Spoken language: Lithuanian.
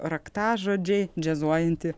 raktažodžiai džiazuojanti